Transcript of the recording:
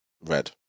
red